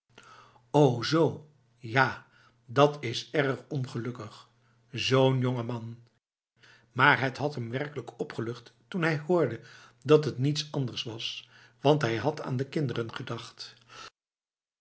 o zo ja dat is erg ongelukkig zo'n jonge man maar het had hem werkelijk opgelucht toen hij hoorde dat het niets anders was want hij had aan de kinderen gedacht